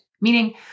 meaning